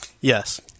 Yes